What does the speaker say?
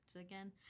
again